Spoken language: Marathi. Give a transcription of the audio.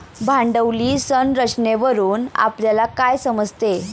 भांडवली संरचनेवरून आपल्याला काय समजते?